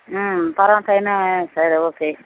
పడమటమైనా సరే ఓకే